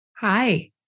Hi